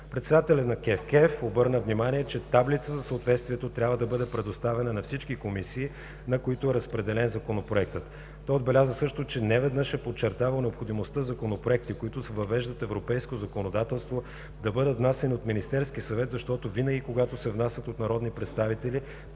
Председателят на КЕВКЕФ обърна внимание, че таблица за съответствието трябва да бъде предоставена на всички комисии, на които е разпределен Законопроектът. Той отбеляза също, че неведнъж е подчертавал необходимостта законопроекти, които въвеждат европейско законодателство, да бъдат внасяни от Министерския съвет, защото винаги, когато се внасят от народни представители,